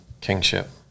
kingship